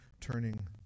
turning